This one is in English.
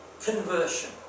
conversion